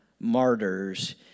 martyrs